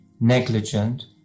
negligent